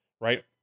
right